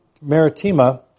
Maritima